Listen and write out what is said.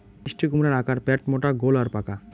মিষ্টিকুমড়ার আকার প্যাটমোটা গোল আর পাকা